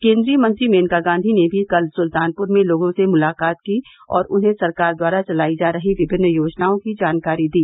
केन्द्रीय मंत्री मेनका गांधी ने भी कल सुल्तानपुर में लोगों से मुलाकात की और उन्हें सरकार द्वारा चलायी जा रही विभिन्न योजनाओं की जानकारी दी